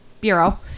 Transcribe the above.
bureau